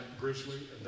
grizzly